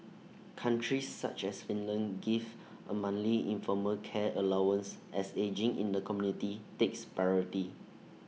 countries such as Finland give A monthly informal care allowance as ageing in the community takes priority